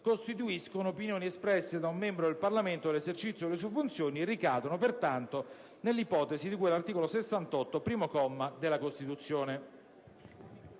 costituiscono opinioni espresse da un membro del Parlamento nell'esercizio delle sue funzioni e ricadono, pertanto, nell'ipotesi di cui all'articolo 68, primo comma, della Costituzione.